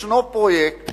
יש פרויקט